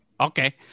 Okay